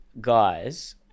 guys